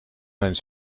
mijn